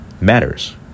matters